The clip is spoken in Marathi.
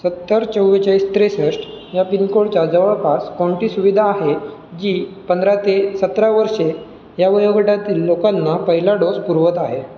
सत्तर चव्वेचाळीस त्रेसष्ट या पिनकोडच्या जवळपास कोणती सुविधा आहे जी पंधरा ते सतरा वर्षे या वयोगटातील लोकांना पहिला डोस पुरवत आहे